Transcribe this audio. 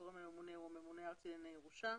הגורם הממונה הוא הממונה הארצי לענייני ירושה.